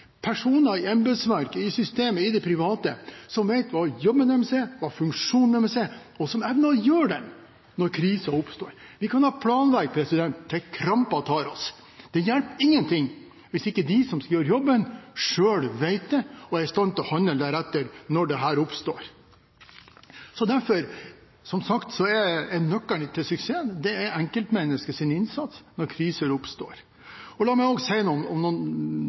personer i embetsverk, i system, i det private – som vet hva jobben deres er, hva funksjonen deres er, og som evner å gjøre den når kriser oppstår. Vi kan planlegge til krampa tar oss. Det hjelper ingenting hvis ikke de som skal gjøre jobben, selv kan den og er i stand til å handle deretter når noe oppstår. Derfor, som sagt, er nøkkelen til suksess enkeltmenneskers innsats når kriser oppstår. La meg også si noe på litt mer detaljnivå om